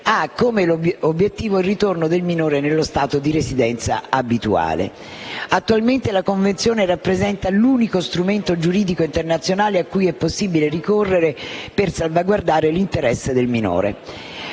ha come obiettivo il ritorno del minore nello Stato di residenza abituale. Attualmente la Convenzione rappresenta l'unico strumento giuridico internazionale a cui è possibile ricorrere per salvaguardare l'interesse del minore.